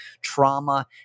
trauma